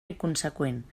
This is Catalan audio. inconseqüent